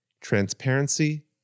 Transparency